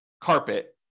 carpet